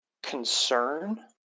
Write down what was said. concern